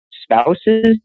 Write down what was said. Spouses